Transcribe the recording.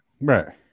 right